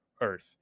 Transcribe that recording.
Earth